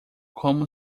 como